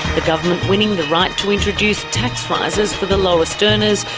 the government winning the right to introduce tax rises for the lowest earners,